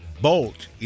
Bolt